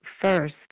first